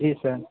जी sir